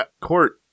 Court